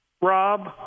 Rob